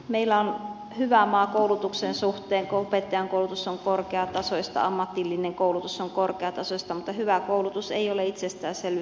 meillä on hyvä maa koulutuksen suhteen kun opettajainkoulutus on korkeatasoista ammatillinen koulutus on korkeatasoista mutta hyvä koulutus ei ole itsestäänselvyys